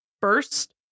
first